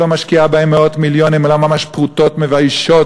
ולא משקיעה בהם מאות מיליונים אלא ממש פרוטות מביישות,